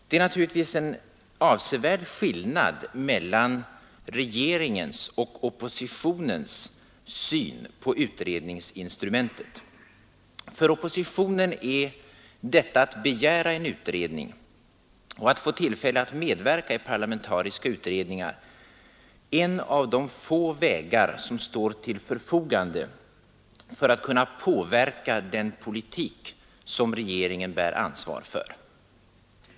Det är givetvis en avsevärd skillnad mellan regeringens och oppositionens syn på utredningsinstrumentet. För oppositionen är detta att begära en utredning och att få tillfälle att medverka i parlamentariska utredningar en av de få vägar som står till buds för att kunna påverka den politiska utvecklingen innan regeringen lägger sina propositioner.